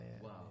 wow